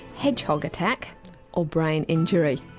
hedgehog attack or brain injury?